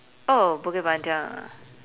oh bukit panjang ah